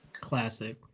Classic